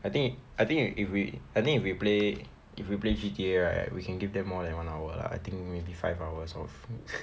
I think I think if we I think if we play if we play G_T_A right we can give them more than one hour lah I think maybe five hours of